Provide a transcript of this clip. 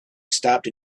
stopped